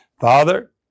Father